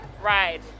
ride